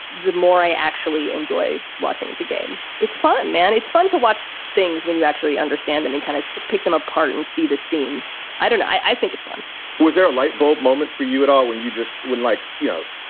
the more i actually enjoy watching the game. it's fun, man. it's fun to watch things when you actually understand them and kind of pick them apart and see the seams. i don't know. i think it's one was there a light bulb moment for you at all when you just would like, you know,